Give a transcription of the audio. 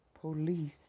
Police